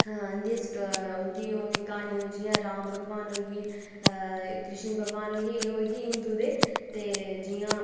इं'दी इं'दी क्हानी जि'यां राम भगवान होई गे कृष्ण भगवान होई गे हिंदू दे ते जि'यां